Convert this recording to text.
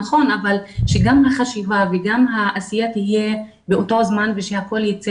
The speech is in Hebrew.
ושגם החשיבה והעשייה תהיה באותו זמן ושהכל ייצא